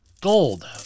Gold